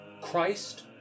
Christ